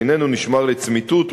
שאיננו נשמר לצמיתות,